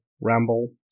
ramble